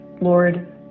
lord